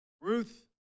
Ruth